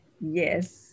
yes